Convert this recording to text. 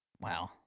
Wow